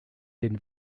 den